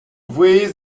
vaouez